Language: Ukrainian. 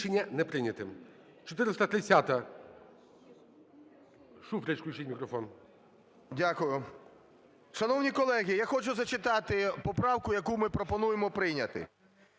Дякую. Шановні колеги, я хочу зачитати поправку, яку ми пропонуємо прийняти: